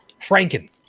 Franken